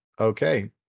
okay